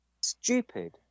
stupid